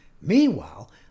Meanwhile